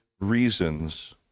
reasons